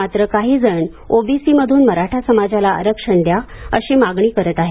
मात्र काही जण ओबीसी मधून मराठा समाजाला आरक्षण द्या अशी मागणी करत आहेत